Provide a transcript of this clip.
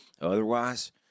Otherwise